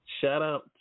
Shout-out